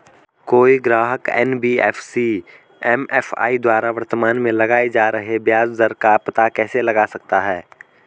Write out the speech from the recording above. कोई ग्राहक NBFC MFI द्वारा वर्तमान में लगाए जा रहे ब्याज दर का पता कैसे लगा सकता है?